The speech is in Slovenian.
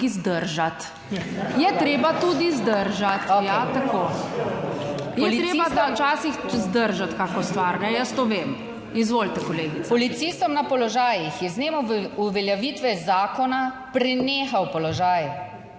Policistom na položajih je z dnem uveljavitve zakona prenehal položaj.